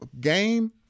game